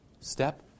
step